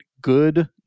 good